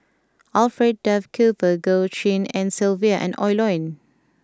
Alfred Duff Cooper Goh Tshin En Sylvia and Oi Lin